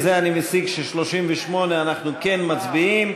מזה אני מסיק ש-38 אנחנו כן מצביעים.